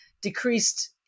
decreased